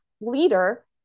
leader